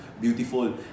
beautiful